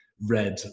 red